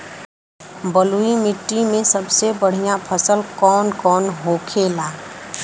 बलुई मिट्टी में सबसे बढ़ियां फसल कौन कौन होखेला?